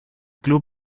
club